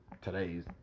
Today's